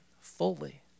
fully